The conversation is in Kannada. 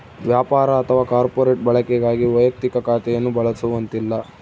ವ್ಯಾಪಾರ ಅಥವಾ ಕಾರ್ಪೊರೇಟ್ ಬಳಕೆಗಾಗಿ ವೈಯಕ್ತಿಕ ಖಾತೆಯನ್ನು ಬಳಸುವಂತಿಲ್ಲ